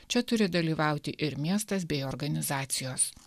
čia turi dalyvauti ir miestas bei organizacijos